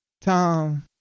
Tom